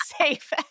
safe